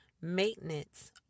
maintenance